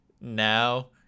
now